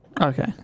Okay